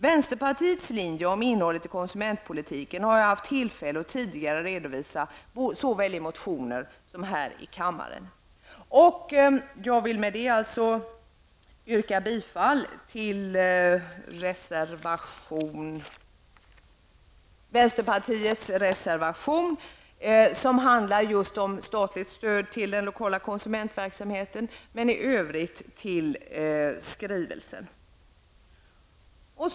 Vänsterpartiets linje beträffande innehållet i konsumentpolitiken har jag redan haft tillfälle att redovisa, såväl i motioner som här i kammaren. Med detta yrkar jag bifall till reservation 1 som vi i vänsterpartiet står bakom och som handlar om just statligt stöd till den lokala konsumentverksamheten. I övrigt stödjer jag skrivelsen i fråga.